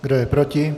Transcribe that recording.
Kdo je proti?